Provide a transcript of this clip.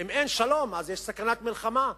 אם אין שלום, יש סכנת מלחמה.